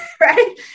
right